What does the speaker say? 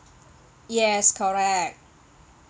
yes correct